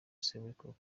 seburikoko